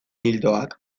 ildoak